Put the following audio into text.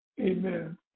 Amen